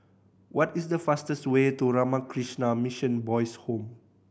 what is the fastest way to Ramakrishna Mission Boys' Home